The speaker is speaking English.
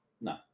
No